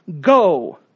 Go